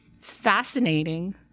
fascinating